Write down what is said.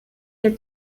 your